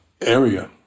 area